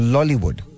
Lollywood